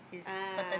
ah